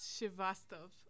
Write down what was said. Shivastov